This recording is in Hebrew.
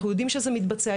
אנחנו יודעים שזה מתבצע,